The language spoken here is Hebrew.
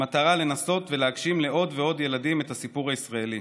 במטרה לנסות ולהגשים לעוד ועוד ילדים את הסיפור הישראלי.